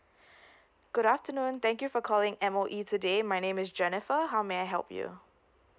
good afternoon thank you for calling M_O_E today my name is jennifer how may I help you